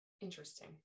Interesting